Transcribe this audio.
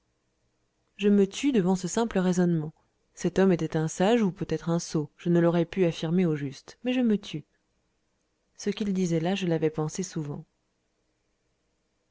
je me tus devant ce simple raisonnement cet homme était un sage ou peut-être un sot je ne l'aurais pu affirmer au juste mais je me tus ce qu'il disait là je l'avais pensé souvent